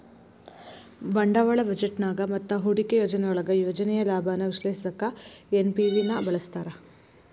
ಬಂಡವಾಳ ಬಜೆಟ್ನ್ಯಾಗ ಮತ್ತ ಹೂಡಿಕೆ ಯೋಜನೆಯೊಳಗ ಯೋಜನೆಯ ಲಾಭಾನ ವಿಶ್ಲೇಷಿಸಕ ಎನ್.ಪಿ.ವಿ ನ ಬಳಸ್ತಾರ